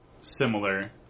similar